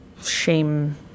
shame